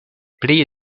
pli